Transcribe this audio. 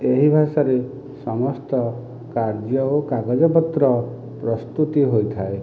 ଏହି ଭାଷାରେ ସମସ୍ତ କାର୍ଯ୍ୟ ଓ କାଗଜପତ୍ର ପ୍ରସ୍ତୁତି ହୋଇଥାଏ